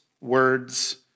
words